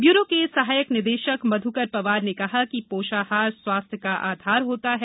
bureau के सहायक निदेशक मध्यकर पवार ने कहा कि पोषाहार स्वास्थ्य का आधार होता है